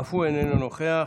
אף הוא איננו נוכח,